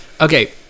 Okay